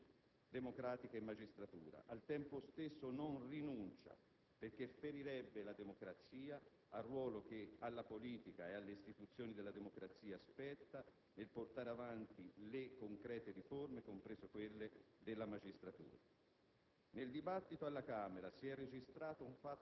o di accendere conflitti tra istituzioni democratiche e magistratura. Al tempo stesso, non rinuncia, perché ferirebbe la democrazia, al ruolo che alla politica e alle istituzioni della democrazia spetta, nel portare avanti le concrete riforme, comprese quelle della magistratura.